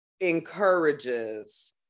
encourages